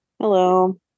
Hello